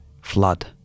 flood